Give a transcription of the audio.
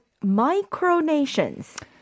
micronations